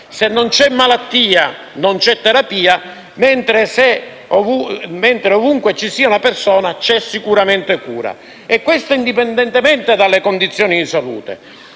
Se non c'è malattia non c'è terapia, mentre ovunque ci sia una persona, c'è sicuramente cura e questo indipendentemente dalle condizioni di salute.